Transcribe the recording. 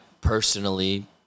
personally